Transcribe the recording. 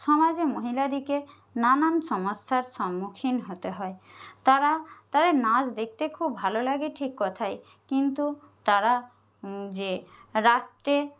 সমাজে মহিলাদিকে নানান সমস্যার সম্মুখীন হতে হয় তারা তাদের নাচ দেখতে খুব ভালো লাগে ঠিক কথাই কিন্তু তারা যে রাত্রে